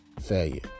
failure